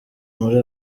muri